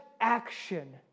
action